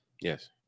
Yes